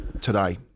today